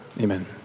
Amen